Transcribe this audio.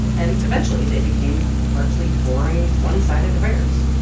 and eventually, they became largely boring, one-sided affairs.